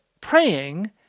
praying